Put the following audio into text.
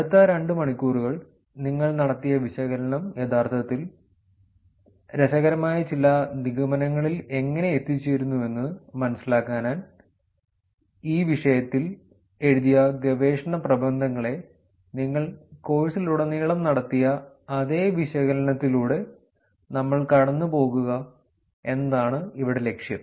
അടുത്ത രണ്ട് മണിക്കൂറുകൾ നിങ്ങൾ നടത്തിയ വിശകലനം യഥാർത്ഥത്തിൽ രസകരമായ ചില നിഗമനങ്ങളിൽ എങ്ങനെ എത്തിച്ചേരുന്നു എന്ന് മനസ്സിലാക്കാൻ ഈ വിഷയത്തിൽ എഴുതിയ ഗവേഷണ പ്രബന്ധങ്ങളെ നിങ്ങൾ കോഴ്സിലുടനീളം നടത്തിയ അതേ വിശകലനത്തിലൂടെ നമ്മൾ കടന്നുപോകുക എന്നതാണ് ഇവിടെ ലക്ഷ്യം